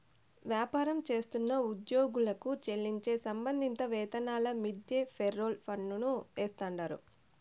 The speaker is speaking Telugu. వ్యాపారం చేస్తున్న ఉద్యోగులకు చెల్లించే సంబంధిత వేతనాల మీన్దే ఫెర్రోల్ పన్నులు ఏస్తాండారు